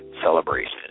celebration